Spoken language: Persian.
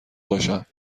باشم